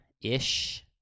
ish